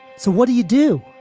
so what do you do?